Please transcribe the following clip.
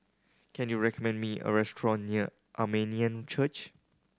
can you recommend me a restaurant near Armenian Church